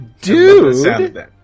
Dude